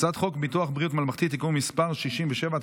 הצעת חוק ביטוח בריאות ממלכתי (תיקון מס' 67),